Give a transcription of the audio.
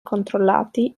controllati